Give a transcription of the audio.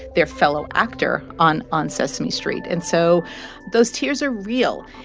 their fellow actor on on sesame street. and so those tears are real.